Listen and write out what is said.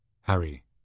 Harry